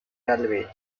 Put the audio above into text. railway